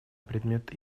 предмет